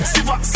Siva